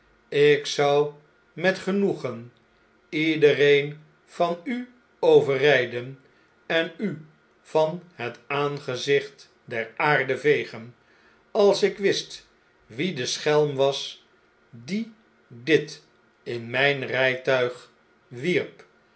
ik zou met genoegen iedereen van u overriden en u van hetaangezicht der aarde vegen als ik wist wie de schelm was die dit in mfln rjjtuig wierp